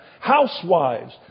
Housewives